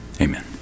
amen